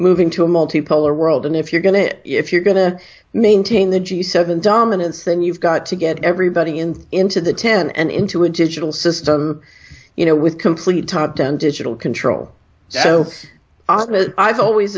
moving to a multi polar world and if you're going to if you're going to maintain the g seven dominance then you've got to get everybody in into the ten and into a digital system you know with complete top down digital control so i've always